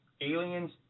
aliens